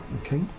Okay